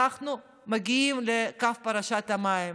אנחנו מגיעים לקו פרשת המים,